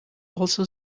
also